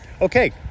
Okay